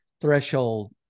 threshold